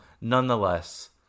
nonetheless